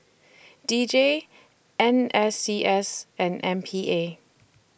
D J N S C S and M P A